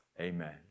amen